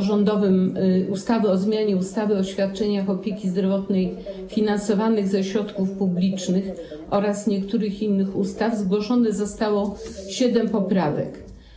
rządowego projektu ustawy o zmianie ustawy o świadczeniach opieki zdrowotnej finansowanych ze środków publicznych oraz niektórych innych ustaw zgłoszonych zostało siedem poprawek.